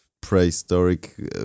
prehistoric